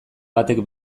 batek